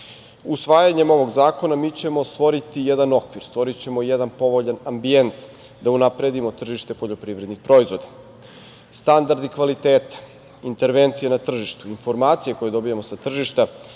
Usvajanjem ovog zakona mi ćemo stvoriti jedan okvir, stvorićemo jedan povoljan ambijent da unapredimo tržište poljoprivrednih proizvoda. Standardi kvaliteta, intervencija na tržištu, informacije koje dobijamo sa tržišta